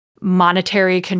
monetary